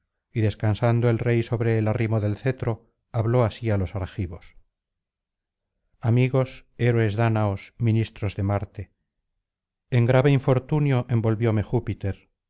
y descansando el rey sobre el arrimo del cetro habló así á los argivos lio amigos héroes dáñaos ministros de marte en grave infortunio envolvió júpiter